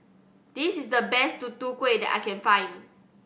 this is the best Tutu Kueh that I can find